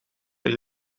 een